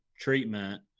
treatment